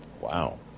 Wow